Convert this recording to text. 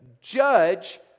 judge